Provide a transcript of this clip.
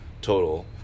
total